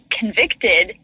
convicted